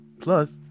Plus